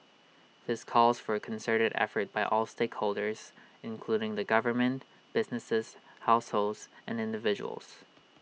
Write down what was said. this calls for A concerted effort by all stakeholders including the government businesses households and individuals